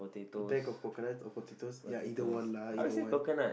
bag of coconuts or potatoes ya either one lah either one